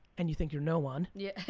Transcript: and you think you're no one. yeah,